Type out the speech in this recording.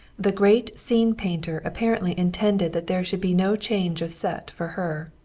the great scene painter apparently intended that there should be no change of set for her.